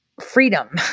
freedom